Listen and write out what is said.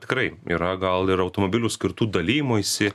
tikrai yra gal ir automobilių skirtų dalijimuisi